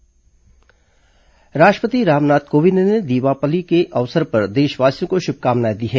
राष्ट्रपति संदेश राष्ट्रपति रामनाथ कोविंद ने दीपावली के अवसर पर देशवासियों को शुभकामनाएं दी हैं